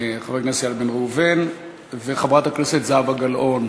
חבר הכנסת איל בן ראובן וחברת הכנסת זהבה גלאון.